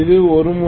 இது ஒரு முறை